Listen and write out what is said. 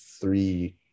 three